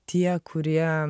tie kurie